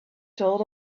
told